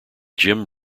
jim